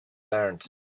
learned